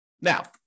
Now